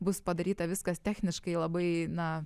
bus padaryta viskas techniškai labai na